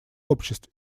обществ